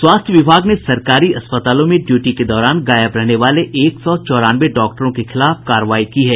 स्वास्थ्य विभाग ने सरकारी अस्पतालों में ड्यूटी के दौरान गायब रहने वाले एक सौ चौरानवें डॉक्टरों के खिलाफ कार्रवाई की है